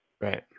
right